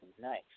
nice